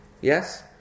Yes